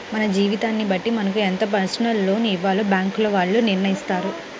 మన జీతాన్ని బట్టి మనకు ఎంత పర్సనల్ లోన్ ఇవ్వాలో బ్యేంకుల వాళ్ళు నిర్ణయిత్తారు